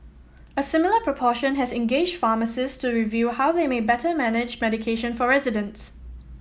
a similar proportion has engaged pharmacists to review how they may better manage medication for residents